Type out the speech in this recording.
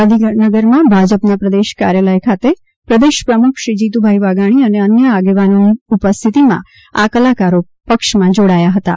ગાંધીનગરમાં ભાજપના પ્રદેશ કાર્યાલય ખાતે પ્રદેશ પ્રમુખ શ્રી જીતુ વાઘાણી અને અન્ય આગેવાનોની ઉપસ્થિતમાં આ કલાકારો પક્ષમાં જોડાયા હતાં